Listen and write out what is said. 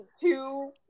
two